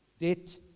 debt